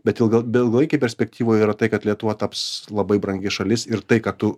bet ilga beilgalaikėj perspektyvoj yra tai kad lietuva taps labai brangi šalis ir tai ką tu